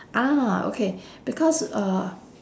ah okay because uh